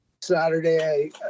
Saturday